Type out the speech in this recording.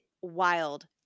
wild